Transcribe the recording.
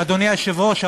אדוני היושב-ראש?